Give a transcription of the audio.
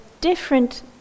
different